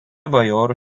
bajorų